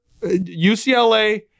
UCLA